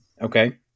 Okay